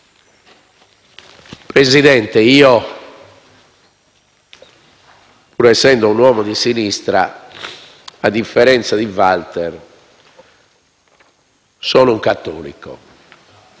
Presidente, pur essendo un uomo di sinistra, a differenza di Walter sono un cattolico